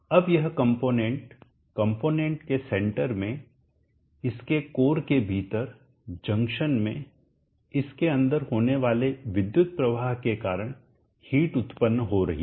अब यह component component के सेंटर में इसके कोर के भीतर जंक्शन में इसके अंदर होने वाले विद्युत प्रवाह के कारण हीट उत्पन्न हो रही है